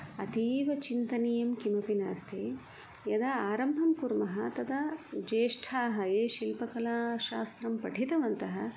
अतीवचिन्तनीयं किमपि नास्ति यदा आरम्बं कुर्मः तदा ज्येष्ठाः ये शिल्पकलाशास्त्रं पठितवन्तः